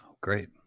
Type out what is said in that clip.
Great